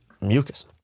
mucus